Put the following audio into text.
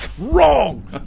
Wrong